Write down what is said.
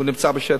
והוא נמצא בשטח.